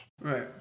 Right